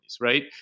right